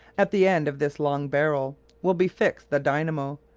at the end of this long barrel will be fixed the dynamo,